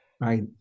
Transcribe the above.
Right